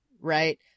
right